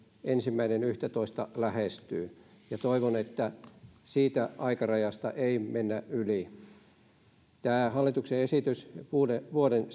ensimmäinen yhdettätoista lähestyy ja toivon että siitä aikarajasta ei mennä yli tämän hallituksen esityksen vuoden